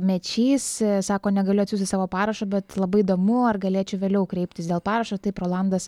mečys sako negaliu atsiųsti savo parašo bet labai įdomu ar galėčiau vėliau kreiptis dėl parašo taip rolandas